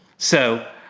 so,